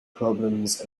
problems